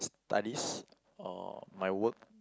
studies or my work